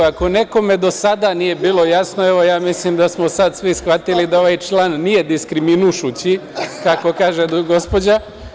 Ako nekome do sada nije bilo jasno, ja mislim da smo sad svi shvatili da ovaj član nije diskriminušući, kako kaže gospođa.